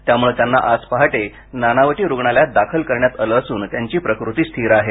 त्यामुळं त्यांना आज पहाटे नानावटी रुग्णालयात दाखल करण्यात आलं असून त्यांची प्रकृती स्थिर आहे